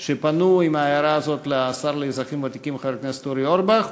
זה שפנו עם ההערה הזאת לשר לאזרחים ותיקים חבר הכנסת אורי אורבך,